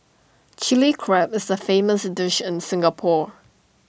Chilli Crab is A famous dish in Singapore